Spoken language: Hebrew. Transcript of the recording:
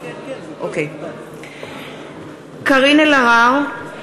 (קוראת בשמות חברי הכנסת) קארין אלהרר,